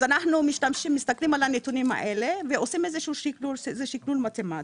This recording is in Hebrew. אנחנו מסתכלים על הנתונים האלה ועושים איזשהו שקלול מתמטי,